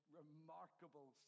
remarkable